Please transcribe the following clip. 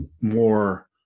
more